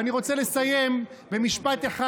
ואני רוצה לסיים במשפט אחד.